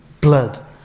blood